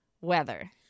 weather